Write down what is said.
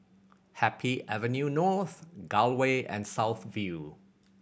Happy Avenue North Gul Way and South View